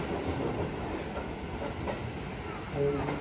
stories effectively because linkedin doesn't have stories,